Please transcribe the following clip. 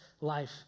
life